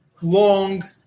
long